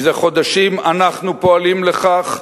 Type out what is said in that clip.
מזה חודשים אנחנו פועלים לכך.